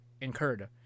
incurred